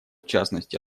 частности